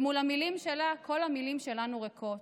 ומול המילים שלה, כל המילים שלנו ריקות.